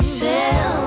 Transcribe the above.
tell